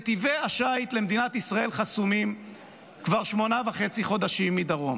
נתיבי השיט למדינת ישראל חסומים כבר שמונה חודשים וחצי מדרום,